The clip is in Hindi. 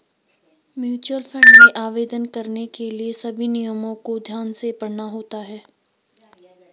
म्यूचुअल फंड में आवेदन करने के लिए सभी नियमों को ध्यान से पढ़ना होता है